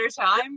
time